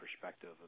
perspective